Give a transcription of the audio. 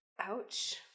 Ouch